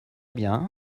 bien